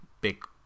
big